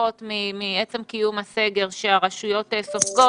הנוספות מעצם קיום הסגר שהרשויות סופגות,